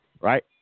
Right